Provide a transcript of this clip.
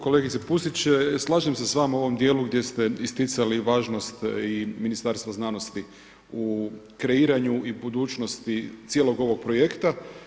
Kolegice Pusić, slažem se sa vama u ovom dijelu gdje ste isticali važnost i Ministarstva znanosti u kreiranju i budućnosti cijelog ovog projekta.